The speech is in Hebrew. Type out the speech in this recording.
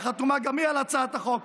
וחתומה גם היא על הצעת החוק,